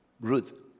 Ruth